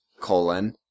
colon